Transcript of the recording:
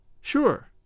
Sure